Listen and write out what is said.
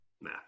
Nah